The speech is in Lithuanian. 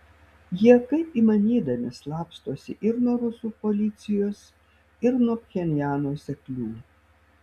jie kaip įmanydami slapstosi ir nuo rusų policijos ir nuo pchenjano seklių